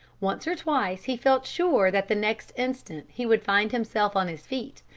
once or twice he felt sure that the next instant he would find himself on his feet,